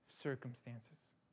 circumstances